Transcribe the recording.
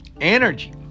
energy